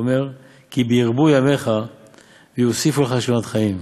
ואומר 'כי בי ירבו ימיך ויוסיפו לך שנות חיים',